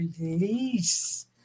release